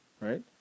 right